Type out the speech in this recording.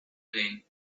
pay